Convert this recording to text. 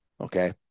Okay